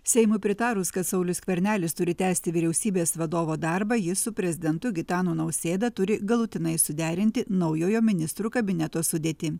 seimui pritarus kad saulius skvernelis turi tęsti vyriausybės vadovo darbą jis su prezidentu gitanu nausėda turi galutinai suderinti naujojo ministrų kabineto sudėtį